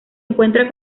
encuentra